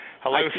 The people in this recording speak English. Hello